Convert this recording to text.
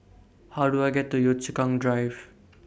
How Do I get to Yio Chu Kang Drive